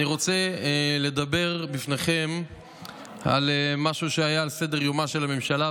רוצה לדבר בפניכם על משהו שהיה על סדר-יומה של הממשלה,